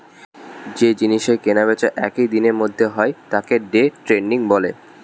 যেই জিনিসের কেনা বেচা একই দিনের মধ্যে হয় তাকে ডে ট্রেডিং বলে